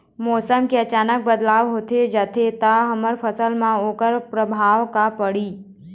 मौसम के अचानक बदलाव होथे जाथे ता हमर फसल मा ओकर परभाव का पढ़ी?